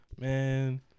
Man